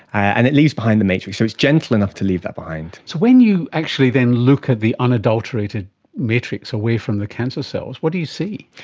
and it leaves behind the matrix, so it's gentle enough to leave that behind. so when you actually then look at the unadulterated matrix away from the cancer cells, what do you see?